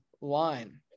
line